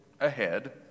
ahead